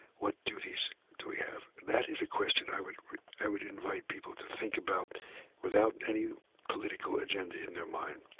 what duties do we have? that is a question i would i would invite people to think about without any political agenda in their mind.